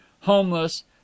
homeless